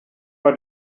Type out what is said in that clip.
war